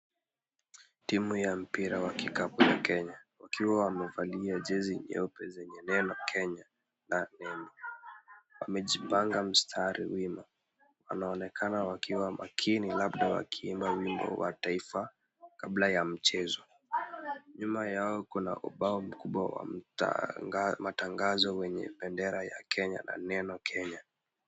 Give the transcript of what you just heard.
Timu ya mpira wa kikapu ya Kenya, wakiwa wamevalia jezi nyeupe zenye neno Kenya, wamejipanga mstari wima , wanaonekana wakiwa maakini labda wakiimba wimbo wa taifa kabla ya mchezo, nyuma yao kuna ubao mkubwa wamatangazo ya bendera ya Kenya na neno Kenya .